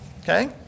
okay